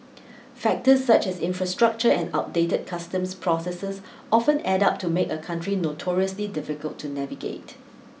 factors such as infrastructure and outdated customs processes often add up to make a country notoriously difficult to navigate